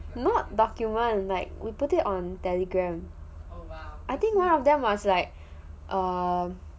not document like we put it on telegram I think one of them was like um